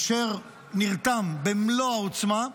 אשר נרתם במלוא העוצמה,